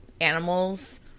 animals